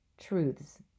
truths